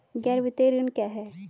गैर वित्तीय ऋण क्या है?